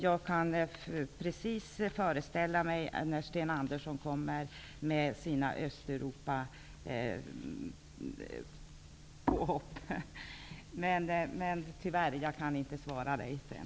Jag kan precis föreställa mig att Sten Andersson i Malmö kommer med sina Östeuropapåhopp. Tyvärr kan jag inte bemöta honom.